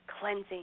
Cleansing